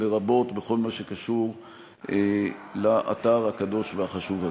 לרבות בכל מה שקשור לאתר הקדוש והחשוב הזה.